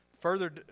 further